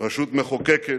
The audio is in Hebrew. רשות מחוקקת,